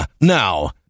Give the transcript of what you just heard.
Now